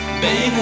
baby